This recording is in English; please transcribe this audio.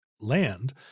land